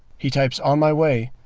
he types on my way.